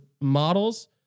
models